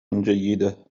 جيدة